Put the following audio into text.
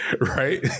right